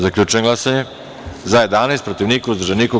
Zaključujem glasanje: za – 11, protiv – niko, uzdržanih – nema.